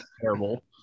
terrible